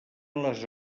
les